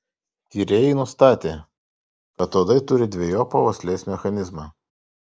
tyrėjai nustatė kad uodai turi dvejopą uoslės mechanizmą